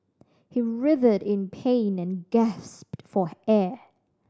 he writhed in pain and gasped for air